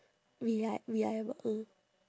reli~ reliable mm